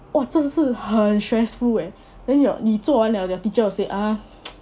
!wah! 真的是很 stressful eh then your 你做完了 your teacher will say ah